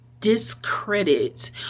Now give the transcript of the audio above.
discredit